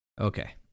Okay